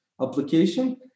application